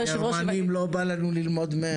הגרמנים לא בא לנו ללמוד מהם.